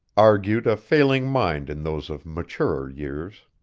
argued a failing mind in those of maturer years.